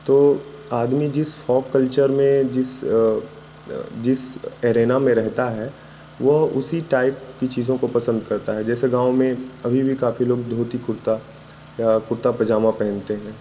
तो आदमी जिस फ़ॉक कल्चर में जिस जिस एरेना में रहता हैं वो उसी टाइप की चीज़ों को पसंद करता है जैसे गांव में अभी भी काफ़ी लोग धोती कुर्ता या कुर्ता पजामा पहनते हैं